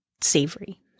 savory